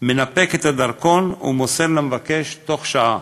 המנפק את הדרכון ומוסר אותו למבקש בתוך שעה.